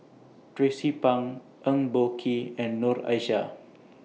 Tracie Pang Eng Boh Kee and Noor Aishah